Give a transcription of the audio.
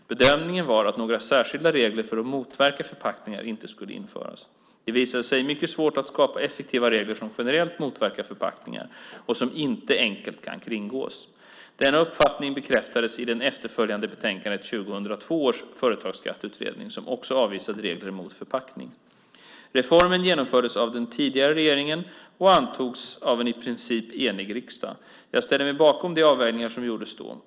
Bedömningen var att några särskilda regler för att motverka förpackningar inte skulle införas. Det visade sig mycket svårt att skapa effektiva regler som generellt motverkar förpackningar och som inte enkelt kan kringgås. Denna uppfattning bekräftades i det efterföljande betänkandet av 2002 års företagsskatteutredning, som också avvisade regler mot förpackning. Reformen genomfördes av den tidigare regeringen och antogs av en i princip enig riksdag. Jag ställer mig bakom de avvägningar som gjordes då.